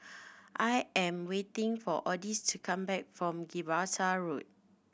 I am waiting for Odis to come back from Gibraltar Road